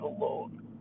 alone